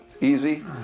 easy